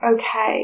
okay